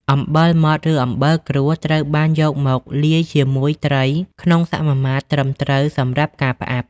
អំបិលម៉ដ្ឋ ឬ អំបិលគ្រួស ត្រូវបានយកមកលាយជាមួយត្រីក្នុងសមាមាត្រត្រឹមត្រូវសម្រាប់ការផ្អាប់។